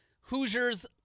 Hoosiers